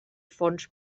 fons